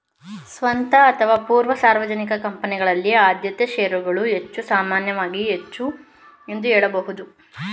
ಸ್ವಂತ ಅಥವಾ ಪೂರ್ವ ಸಾರ್ವಜನಿಕ ಕಂಪನಿಗಳಲ್ಲಿ ಆದ್ಯತೆ ಶೇರುಗಳು ಹೆಚ್ಚು ಸಾಮಾನ್ಯವಾಗಿದೆ ಎಂದು ಹೇಳಬಹುದು